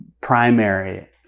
primary